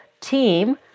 team